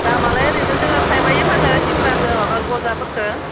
दामालाय ओरैनो जोङो थाइबायै फानो सिंग्राखौ माबा गजाफोरखो